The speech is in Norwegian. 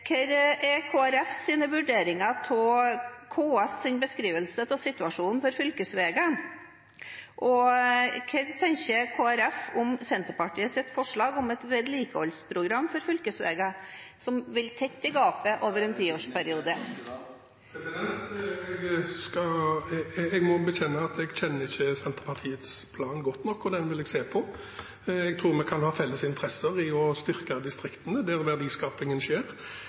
Hva er Kristelig Folkepartis vurderinger av KS’ beskrivelse av situasjonen for fylkesveiene? Og hva tenker Kristelig Folkeparti om Senterpartiets forslag om et vedlikeholdsprogram for fylkesveiene som vil tette gapet over en tiårsperiode? Jeg må bekjenne at jeg ikke kjenner Senterpartiets plan godt nok, så den vil jeg se på. Jeg tror vi kan ha felles interesse i å styrke distriktene, der verdiskapingen skjer.